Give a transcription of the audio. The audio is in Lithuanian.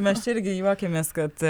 mes čia irgi juokėmės kad